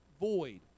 void